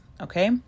Okay